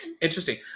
interesting